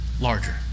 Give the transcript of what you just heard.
larger